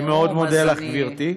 אני מאוד מודה לך, גברתי.